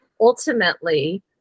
ultimately